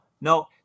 no